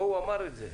הוא אמר את זה.